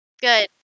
Good